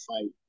fight